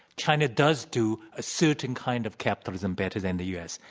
china does do a certain kind of capitalism better than the u. s.